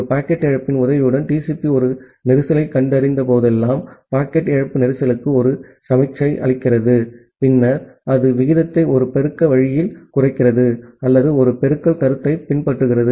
ஒரு பாக்கெட் இழப்பின் உதவியுடன் TCP ஒரு கஞ்சேஸ்ன்க் கண்டறிந்த போதெல்லாம் பாக்கெட் இழப்பு கஞ்சேஸ்ன் ஒரு சமிக்ஞையை அளிக்கிறது பின்னர் அது விகிதத்தை ஒரு பெருக்க வழியில் குறைக்கிறது அல்லது ஒரு பெருக்கல் கருத்தைப் பின்பற்றுகிறது